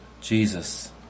Jesus